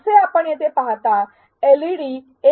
जसे आपण येथे पहात आहात एलईडी १